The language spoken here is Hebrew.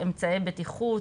אמצעי בטיחות,